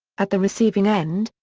at the receiving end,